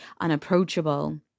unapproachable